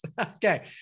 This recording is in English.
okay